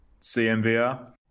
CMVR